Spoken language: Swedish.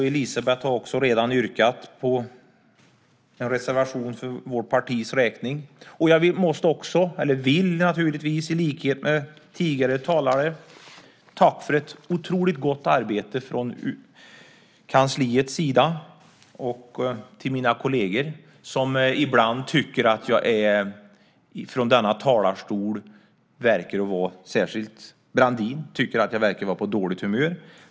Elizabeth har också redan yrkat på en reservation för vårt partis räkning. Jag vill naturligtvis också, i likhet med tidigare talare, tacka för ett otroligt gott arbete från kansliets sida. Jag vill också rikta ett tack till mina kolleger, som ibland tycker - särskilt Brandin - att jag i denna talarstol verkar vara på dåligt humör.